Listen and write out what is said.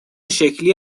شکلی